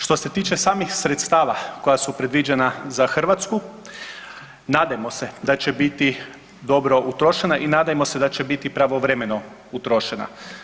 Što se tiče samih sredstava koja su predviđena za Hrvatsku nadajmo se da će biti dobro utrošena i nadajmo se da će biti pravovremeno utrošena.